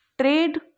Trade